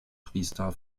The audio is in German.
priester